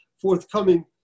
forthcoming